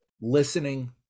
listening